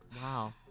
Wow